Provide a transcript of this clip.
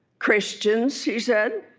christians he said,